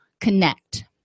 connect